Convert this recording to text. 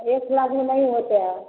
एक लाख में नहीं होता